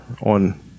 on